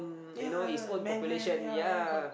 ya mankind ya mankind